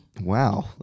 Wow